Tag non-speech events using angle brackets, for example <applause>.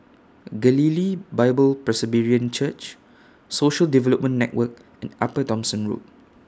Galilee Bible <unintelligible> Church Social Development Network and Upper Thomson Road